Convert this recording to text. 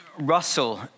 Russell